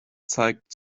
zeigt